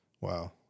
wow